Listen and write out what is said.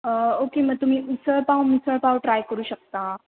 okay मग तुम्ही usal pav misal pav try करू शकता